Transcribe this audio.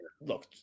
look